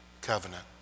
covenant